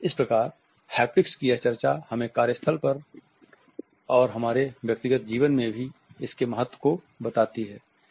इस प्रकार हैप्टिक्स की यह चर्चा हमें कार्य स्थल में और हमारे व्यक्तिगत जीवन में भी इसके महत्व को बताती है